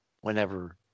whenever